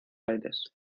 aires